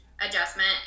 adjustment